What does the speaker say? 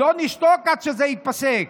לא נשתוק עד שזה ייפסק.